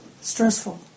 stressful